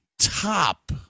top